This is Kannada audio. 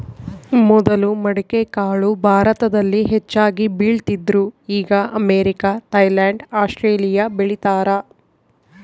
ಮೊದಲು ಮಡಿಕೆಕಾಳು ಭಾರತದಲ್ಲಿ ಹೆಚ್ಚಾಗಿ ಬೆಳೀತಿದ್ರು ಈಗ ಅಮೇರಿಕ, ಥೈಲ್ಯಾಂಡ್ ಆಸ್ಟ್ರೇಲಿಯಾ ಬೆಳೀತಾರ